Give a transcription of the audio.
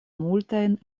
multajn